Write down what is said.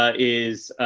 ah is